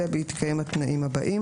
אלא בהתקיים התנאים האלה: